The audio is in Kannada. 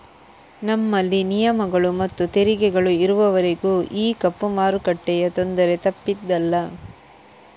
ನಮ್ಮಲ್ಲಿ ನಿಯಮಗಳು ಮತ್ತು ತೆರಿಗೆಗಳು ಇರುವವರೆಗೂ ಈ ಕಪ್ಪು ಮಾರುಕಟ್ಟೆಯ ತೊಂದರೆ ತಪ್ಪಿದ್ದಲ್ಲ